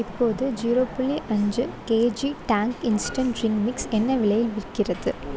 இப்போது ஜீரோ புள்ளி அஞ்சு KG Tang instant drink mix என்ன விலையில் விற்கிறது